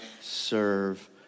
serve